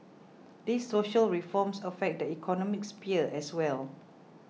these social reforms affect the economic sphere as well